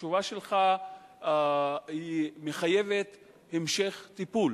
התשובה שלך מחייבת המשך טיפול.